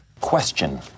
Question